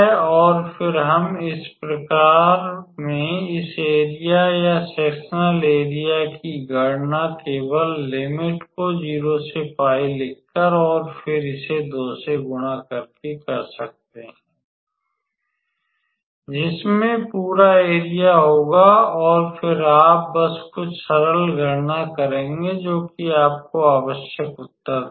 और फिर हम इस प्रकार में इस एरिया या सेक्सनल एरिया की गणना केवल लिमिट को 0 से 𝜋 लिखकर और फिर इसे 2 से गुणा करके कर सकते हैं जिसमें पूरा एरिया होगा और फिर आप बस कुछ सरल गणना करेंगे जोकि आपको आवश्यक उत्तर देगा